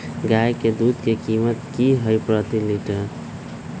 गाय के दूध के कीमत की हई प्रति लिटर?